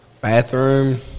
bathroom